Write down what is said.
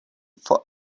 for